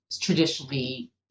traditionally